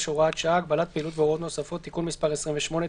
(הוראת שעה) (הגבלת פעילות והוראות נוספות) (תיקון מס' 28),